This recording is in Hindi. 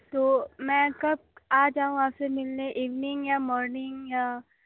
तो मैं कब आ जाऊँ आप से मिलने इवनिंग या मॉर्निंग या